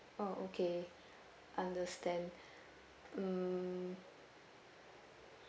oh okay understand hmm